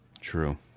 True